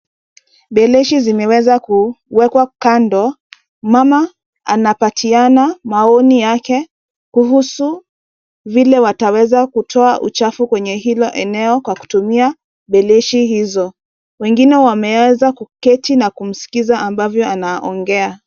Beleshi zimeweza kuweka kando. Mama anapatiana maoni yake kuhusu vile wataweza kutoa uchafu kwenye hilo eneo Kwa kutumia beleshi hizo. Wengine wameweza kuketi na kumsikiza ambavyo anaongea.